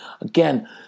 Again